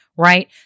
Right